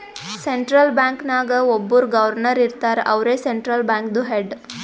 central bank ನಾಗ್ ಒಬ್ಬುರ್ governor ಇರ್ತಾರ ಅವ್ರೇ ಸೆಂಟ್ರಲ್ ಬ್ಯಾಂಕ್ದು ಹೆಡ್